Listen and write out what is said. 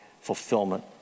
fulfillment